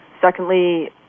Secondly